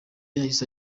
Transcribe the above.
yahise